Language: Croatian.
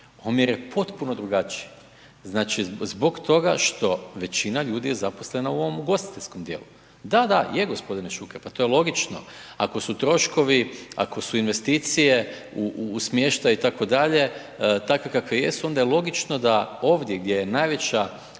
omjer je potpuno drugačiji. Znači, zbog toga što većina ljudi je zaposlena u ovom ugostiteljskom dijelu, da, da, je g. Šuker, pa to je logično. Ako su troškovi, ako su investicije u smještaj itd. takve kakve jesu, onda je logično da ovdje gdje je najveći